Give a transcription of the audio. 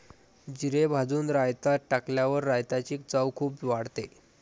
जिरे भाजून रायतात टाकल्यावर रायताची चव खूप वाढते